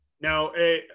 Now